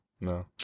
no